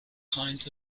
kind